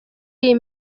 iyi